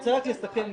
רוצה לסכם במשפט.